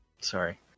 sorry